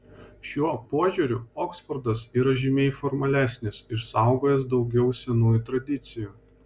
šiuo požiūriu oksfordas yra žymiai formalesnis išsaugojęs daugiau senųjų tradicijų